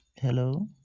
Hello